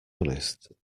honest